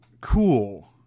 cool